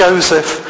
Joseph